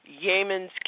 Yemen's